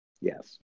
Yes